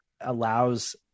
allows